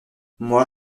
moi